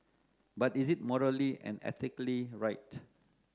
but is it morally and ethically right